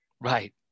Right